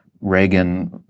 Reagan